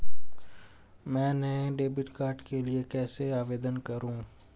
मैं नए debit card के लिए कैसे आवेदन करूं?